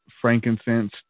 frankincense